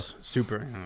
super